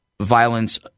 violence